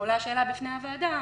עולה השאלה בפני הוועדה,